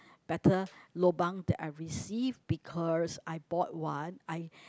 better lobang that I received because I bought one I